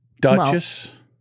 Duchess